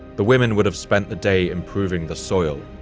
the women would have spent the day improving the soil,